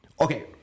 Okay